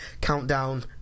countdown